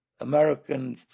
American